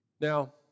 Now